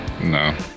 No